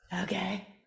Okay